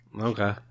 Okay